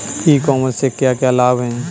ई commerce से क्या क्या लाभ हैं?